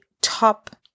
top